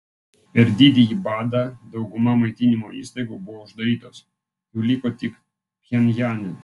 per didįjį badą dauguma maitinimo įstaigų buvo uždarytos jų liko tik pchenjane